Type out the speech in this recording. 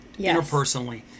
interpersonally